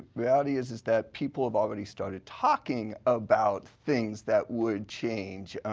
reality is is that people have already started talking about things that would change.